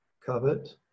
Covet